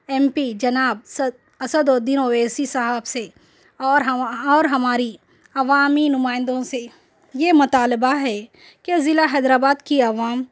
M P جناب صد Asaduddin Owaisi صاحب سے اور ہم ہمارا اور ہماری عوامی نمائندوں سے یہ مطالبہ ہے کہ ضلعہ حیدرآباد کی عوام